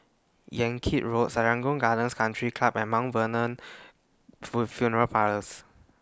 Yan Kit Road Serangoon Gardens Country Club and Mount Vernon full Funeral Parlours